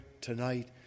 tonight